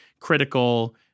critical